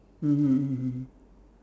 mmhmm mmhmm